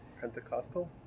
Pentecostal